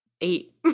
eight